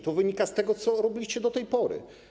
To wynika z tego, co robiliście do tej pory.